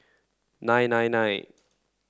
nine nine nine